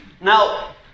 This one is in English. now